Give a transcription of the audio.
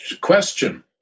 Question